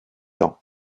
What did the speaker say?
ans